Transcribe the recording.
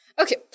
okay